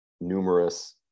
numerous